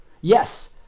yes